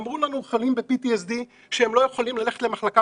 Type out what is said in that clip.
אמרו לנו החולים בפי-טי-אס-די שהם לא יכולים ללכת למחלקה